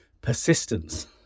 Persistence